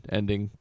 ending